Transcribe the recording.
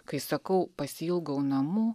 kai sakau pasiilgau namų